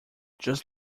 just